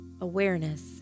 awareness